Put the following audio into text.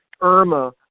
Irma